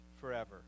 forever